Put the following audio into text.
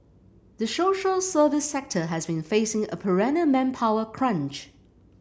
the social service sector has been facing a perennial manpower crunch